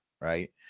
right